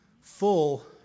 full